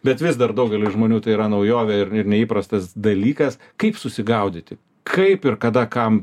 bet vis dar daugeliui žmonių tai yra naujovė ir ir neįprastas dalykas kaip susigaudyti kaip ir kada kam